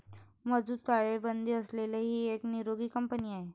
मजबूत ताळेबंद असलेली ही एक निरोगी कंपनी आहे